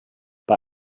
bei